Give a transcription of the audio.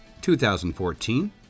2014